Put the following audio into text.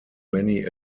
many